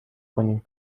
کنیم